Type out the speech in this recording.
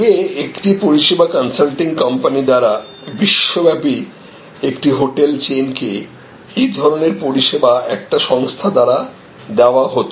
আগে একটি পরিষেবা কনসাল্টিং কোম্পানি দ্বারা বিশ্বব্যাপী একটি হোটেল চেইনকে এই ধরনের পরিষেবা একটি সংস্থা দ্বারা দেওয়া হত